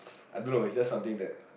I don't know it's just something that